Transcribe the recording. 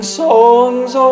songs